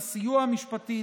לסיוע המשפטי,